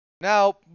Now